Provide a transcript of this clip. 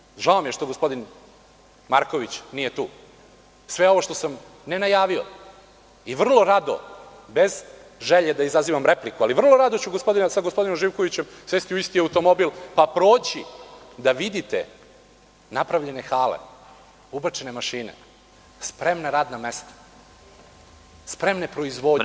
S druge strane, žao mi je što gospodin Marković nije tu, sve ovo što sam, ne najavio i vrlo rado, bez želje da izazivam repliku, ali vrlo rado ću sa gospodinom Živkovićem sesti u isti automobil pa proći da vidite napravljene hale, ubačene mašine, spremna radna mesta, spremnu proizvodnju…